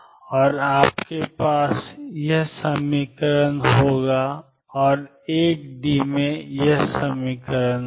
और आपके पास dρdtj होना चाहिए और 1D में यह dρdtjx∂x0 होगा